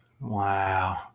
Wow